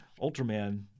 Ultraman